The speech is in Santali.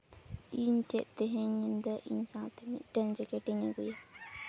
ᱤᱧ ᱪᱮᱫ ᱛᱮᱦᱮᱧ ᱧᱤᱫᱟᱹ ᱤᱧ ᱥᱟᱶᱛᱮ ᱢᱤᱫᱴᱟᱝ ᱡᱮᱠᱮᱴᱤᱧ ᱟᱹᱜᱩᱭᱟ